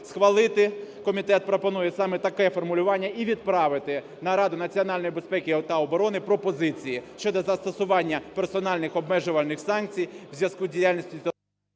схвалити – комітет пропонує саме таке формулювання – і відправити на Раду національної безпеки та оборони пропозиції щодо застосування персональних обмежувальних санкцій в зв'язку з діяльністю…